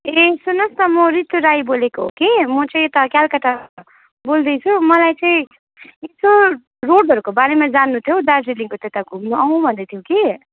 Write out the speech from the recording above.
ए सुन्नुहोस् न म रितु राई बोलेको हो कि म चाहिँ यता क्यालकाटा बोल्दैछु मलाई चाहिं रोडहरूको बारेमा जान्नु थियो हौ दार्जिलिङको त्यता घुम्नु आऊँ भन्दै थियौँ कि